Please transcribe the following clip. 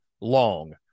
long